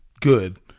good